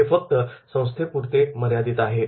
हे फक्त संस्थेपुरते मर्यादित आहे